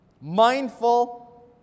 mindful